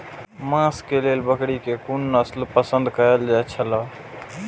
मांस के लेल बकरी के कुन नस्ल पसंद कायल जायत छला?